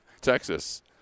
Texas